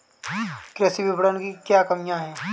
कृषि विपणन की क्या कमियाँ हैं?